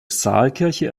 saalkirche